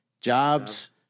jobs